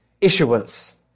issuance